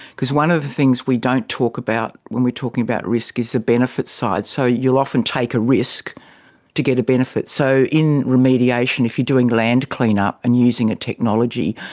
because one of the things we don't talk about when we're talking about risk is the benefit side. so you'll often take a risk to get a benefit. so in remediation if you're doing land clean-up and you're using a technology,